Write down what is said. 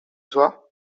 soir